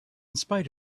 spite